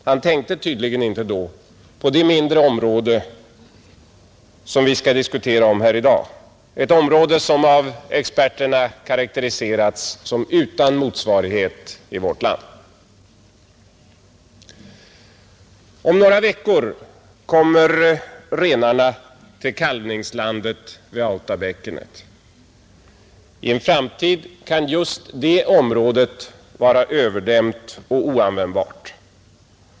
Han tänkte tydligen inte då på det mindre område som vi skall diskutera här i dag, ett område som av experterna karaktäriserats vara utan motsvarighet i vårt land. Om några veckor kommer renarna till kalvningslandet vid Autabäckenet. I en framtid kan just det området vara överdämt och oanvändbart.